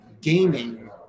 gaming